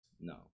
No